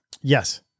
Yes